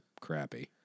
crappy